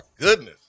goodness